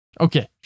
Okay